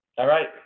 all right.